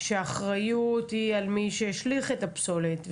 שהאחריות היא על מי שהשליך את הפסולת,